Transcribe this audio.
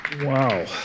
Wow